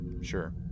Sure